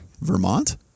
Vermont